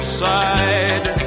side